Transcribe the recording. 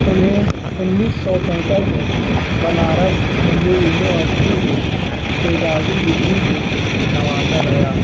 انہیں انیس سو چونسٹھ میں بنارس ہندو یونیورسٹی سے اعزازی ڈگری سے نوازا گیا